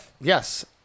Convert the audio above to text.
Yes